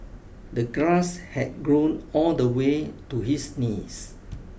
the grass had grown all the way to his knees